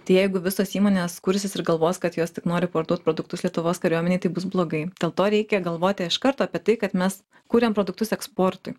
tai jeigu visos įmonės kursis ir galvos kad jos tik nori parduot produktus lietuvos kariuomenei tai bus blogai dėl to reikia galvoti iš karto apie tai kad mes kuriam produktus eksportui